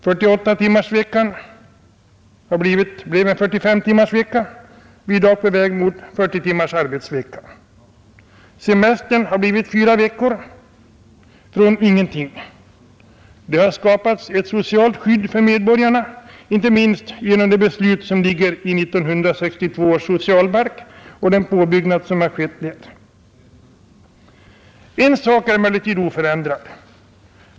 48-timmarsveckan har blivit en 45-timmarsvecka, och nu är vi på väg mot 40 timmars arbetsvecka. Semestern har blivit fyra veckor från ingenting. Det har skapats ett socialt skydd för medborgarna, inte minst genom de beslut som ligger i 1962 års socialbalk och den påbyggnad av den som har skett. En sak är emellertid oförändrad.